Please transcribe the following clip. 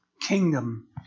kingdom